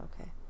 Okay